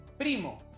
Primo